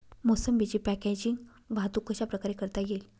मोसंबीची पॅकेजिंग वाहतूक कशाप्रकारे करता येईल?